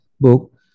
book